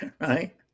Right